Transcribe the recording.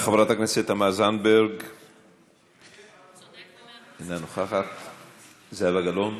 חברת הכנסת תמר זנדברג, אינה נוכחת, זהבה גלאון,